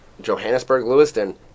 Johannesburg-Lewiston